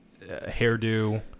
hairdo